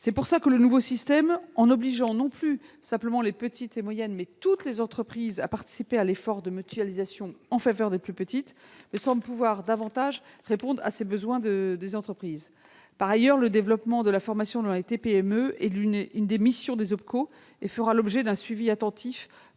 C'est pourquoi le nouveau système, qui oblige non plus simplement les petites et moyennes entreprises, mais toutes les entreprises à participer à l'effort de mutualisation en faveur des plus petites entreprises me semble pouvoir davantage répondre à leurs besoins. Par ailleurs, le développement de la formation dans les TPE-PME est l'une des missions des OPCO et fera l'objet d'un suivi attentif